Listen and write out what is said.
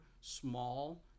small